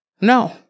no